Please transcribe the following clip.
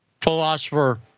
philosopher